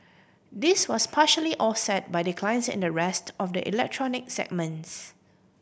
this was partially offset by declines in the rest of the electronic segments